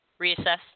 reassess